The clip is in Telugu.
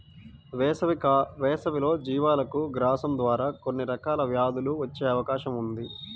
వేసవిలో జీవాలకు గ్రాసం ద్వారా కొన్ని రకాల వ్యాధులు వచ్చే అవకాశం ఉంది